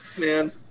man